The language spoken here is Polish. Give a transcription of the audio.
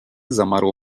zamarło